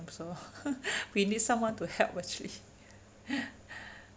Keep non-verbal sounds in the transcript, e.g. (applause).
also we need someone to help actually (laughs)